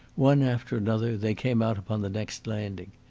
one after another they came out upon the next landing.